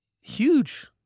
huge